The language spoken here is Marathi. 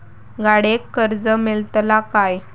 गाडयेक कर्ज मेलतला काय?